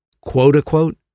Quote-unquote